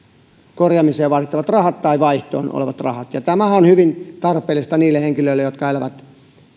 korjaamiseen tai vaihtoon vaadittavat rahat tämähän on hyvin tarpeellista niille henkilöille jotka elävät